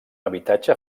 habitatge